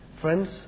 friends